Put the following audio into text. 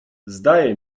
zdaje